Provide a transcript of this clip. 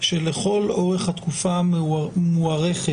שלכל אורך התקופה המוארכת